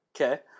okay